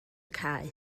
cae